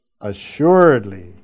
Assuredly